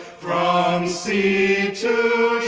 sea to